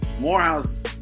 Morehouse